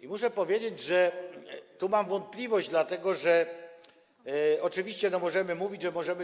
I muszę powiedzieć, że tu mam wątpliwość, dlatego że oczywiście możemy mówić, że wierzyciel